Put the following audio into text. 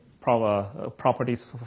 properties